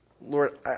Lord